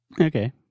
Okay